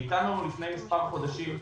והוא ניתן לנו לפני מספר חודשים.